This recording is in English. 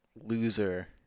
loser